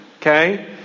Okay